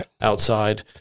outside